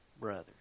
brothers